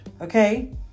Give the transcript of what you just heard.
okay